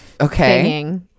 Okay